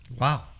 Wow